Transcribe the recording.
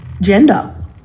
gender